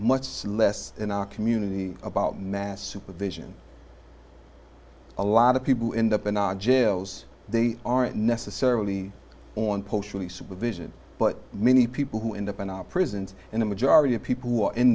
much less in our community about mass supervision a lot of people end up in our jails they aren't necessarily on post fully supervision but many people who end up in our prisons and the majority of people who are in